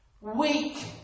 Weak